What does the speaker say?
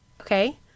Okay